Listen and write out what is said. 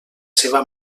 seva